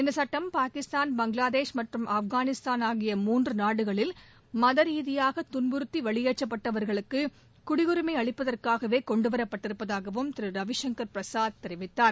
இந்தசட்டம் பாகிஸ்தான் பங்ளாதேஷ் மற்றும் ஆப்கானிஸ்தான் ஆகிய மூன்றுநாடுகளில் மதரீதியாகதுன்புறுத்திவெளியேற்றப் பட்டவர்களுக்குடியுரிமைஅளிப்பதற்காகவேகொண்டுவரப் பட்டிருப்பதாகவும் திருரவி சங்கர் பிரசாத் தெரிவித்தார்